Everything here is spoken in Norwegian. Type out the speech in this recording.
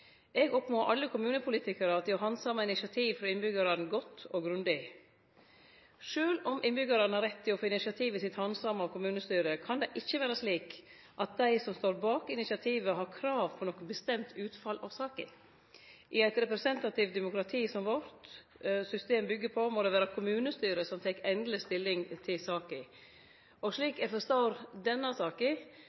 grundig. Sjølv om innbyggjarane har rett til å få initiativet sitt handsama av kommunestyret, kan det ikkje vere slik at dei som står bak initiativet, har krav på noko bestemt utfall av saka. I eit representativt demokrati som vårt system byggjer på, må det vere kommunestyret som tek endeleg stilling til saka. Og slik eg forstår denne saka,